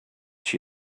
she